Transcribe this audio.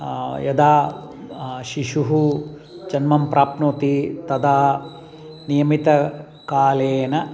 यदा शिशुः जन्मं प्राप्नोति तदा नियमितकालेन